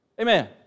Amen